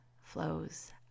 flows